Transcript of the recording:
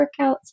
workouts